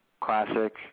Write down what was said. Classic